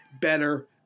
better